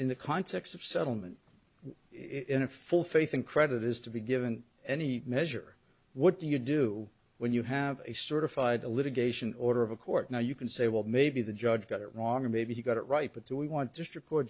in the context of settlement in a full faith and credit is to be given any measure what do you do when you have a certified the litigation order of a court now you can say well maybe the judge got it wrong or maybe he got it right but do we want district court